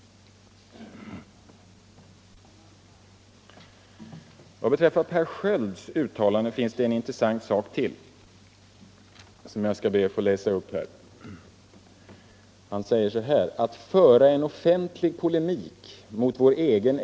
Beträffande Per Skölds uttalande finns en intressant sak till, som jag skall be att få läsa upp.